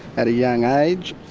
at a young age.